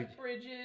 Bridges